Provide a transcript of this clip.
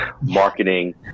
marketing